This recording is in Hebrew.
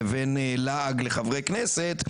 לבין לעג לחברי כנסת,